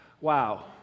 wow